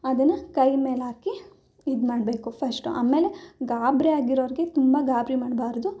ಅದನ್ನು ಕೈಮೇಲೆ ಹಾಕಿ ಇದು ಮಾಡಬೇಕು ಫಶ್ಟು ಆಮೇಲೆ ಗಾಬರಿ ಆಗಿರೋರಿಗೆ ತುಂಬ ಗಾಬರಿ ಮಾಡಬಾರ್ದು